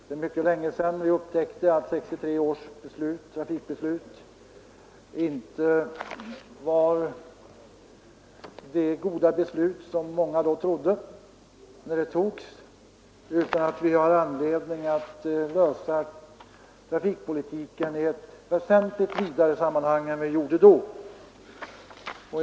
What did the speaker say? Det är mycket länge sedan vi upptäckte att 1963 års trafikbeslut inte var det goda beslut, som många trodde, när det togs, utan att vi har anledning att lösa trafikpolitikens frågor i ett väsentligt vidare sammanhang än som gjordes den gången.